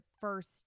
first